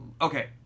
Okay